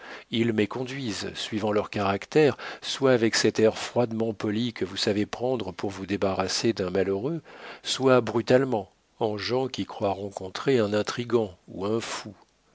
ils m'éconduisent suivant leur caractère soit avec cet air froidement poli que vous savez prendre pour vous débarrasser d'un malheureux soit brutalement en gens qui croient rencontrer un intrigant ou un fou